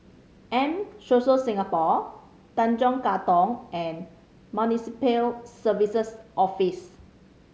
M Social Singapore Tanjong Katong and Municipal Services Office